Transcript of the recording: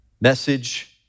Message